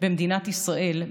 במדינת ישראל,